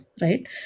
right